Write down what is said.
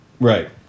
Right